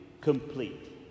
complete